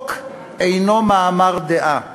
חוק אינו מאמר דעה,